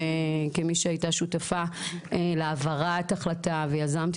כמי שהייתה שותפה להעברת החלטה ויזמתי